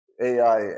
AI